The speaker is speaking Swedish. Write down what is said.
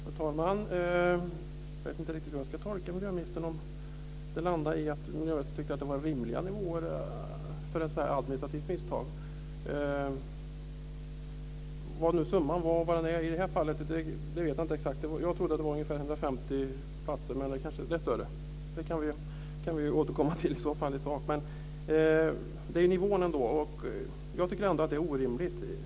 Fru talman! Jag vet inte riktigt hur jag ska tolka miljöministern, om det landar i att han tycker att det var rimliga nivåer för ett administrativt misstag. Vad nu summan är i det här fallet vet jag inte exakt. Jag trodde att det var 150 platser, men det kanske är större. Det kan vi återkomma till i så fall i sak. Jag tycker ändå att det är orimligt.